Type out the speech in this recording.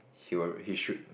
he'll he should